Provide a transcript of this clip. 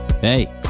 Hey